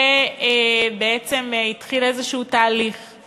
ובעצם התחיל תהליך כלשהו.